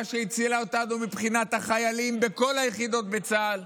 שהצילה אותנו מבחינת החיילים בכל היחידות בצה"ל,